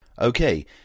Okay